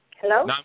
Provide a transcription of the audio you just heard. Hello